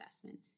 assessment